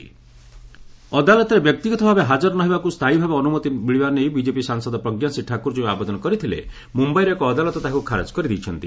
ମ୍ବମ୍ଘାଇ court Pragya ଅଦାଲତରେ ବ୍ୟକ୍ତିଗତ ଭାବେ ହାଜର ନ ହେବାକୁ ସ୍ଥାୟୀ ଭାବେ ଅନୁମତି ମିଳିବା ନେଇ ବିକେପି ସାଂସଦ ପ୍ରଜ୍ଞା ସିଂ ଠାକୁର ଯେଉଁ ଆବେଦନ କରିଥିଲେ ମୁମ୍ବାଇର ଏକ ଅଦାଲତ ତାହାକୁ ଖାରଜ କରିଦେଇଛନ୍ତି